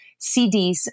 CDs